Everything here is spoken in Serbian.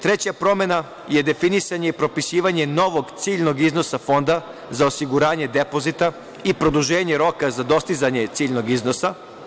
Treća promena je definisanje i propisivanje novog ciljnog iznosa Fonda za osiguranje depozita i produženje roka za dostizanje ciljnog iznosa.